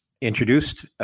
introduced